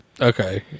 Okay